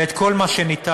את כל מה שניתן,